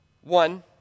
One